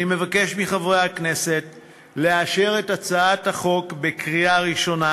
אני מבקש מחברי הכנסת לאשר את הצעת החוק בקריאה ראשונה